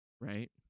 Right